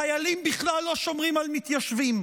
חיילים בכלל לא שומרים על מתיישבים.